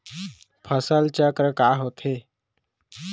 फसल चक्र का होथे?